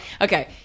okay